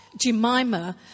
Jemima